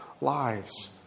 lives